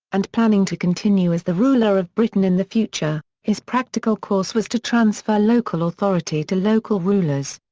and planning to continue as the ruler of britain in the future, his practical course was to transfer local authority to local rulers.